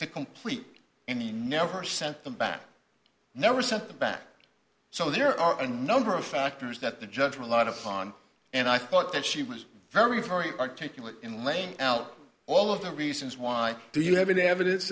to complete and he never sent them back never sent them back so there are a number of factors that the judge or a lot of fun and i thought that she was very very articulate in laying out all of the reasons why do you have any evidence